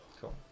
Cool